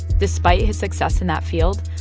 despite his success in that field,